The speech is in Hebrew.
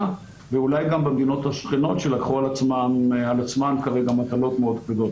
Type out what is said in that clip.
ואולי גם במדינות השכנות שלקחו על עצמן כרגע מטלות מאוד כבדות,